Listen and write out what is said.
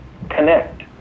connect